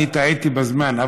טעיתי בזמן,